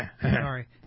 Sorry